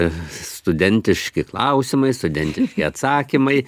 studentiški klausimai sudentiški atsakymai